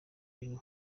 ibintu